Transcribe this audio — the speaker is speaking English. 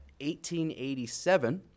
1887